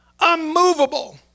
unmovable